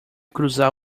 cruzar